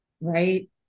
right